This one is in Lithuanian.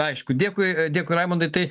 aišku dėkui dėkui raimundai tai